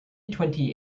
twenty